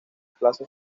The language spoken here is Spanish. plaza